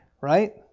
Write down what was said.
right